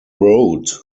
road